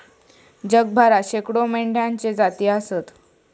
जगभरात शेकडो मेंढ्यांच्ये जाती आसत